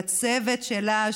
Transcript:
לצוות שלה,